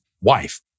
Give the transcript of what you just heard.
wife